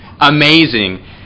amazing